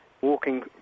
walking